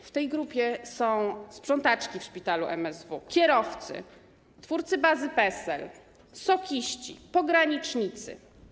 W tej grupie są sprzątaczki w szpitalu MSW, kierowcy, twórcy bazy PESEL, SOK-iści, pogranicznicy.